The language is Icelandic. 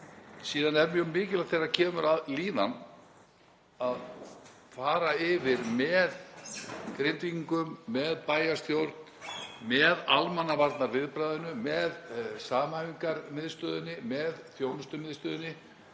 Síðan er mjög mikilvægt þegar kemur að líðan að fara yfir það með Grindvíkingum, með bæjarstjórn, með almannavörnum, með samhæfingarmiðstöðinni, með þjónustumiðstöðinni